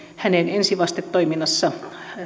hänen ensivastetoiminnassa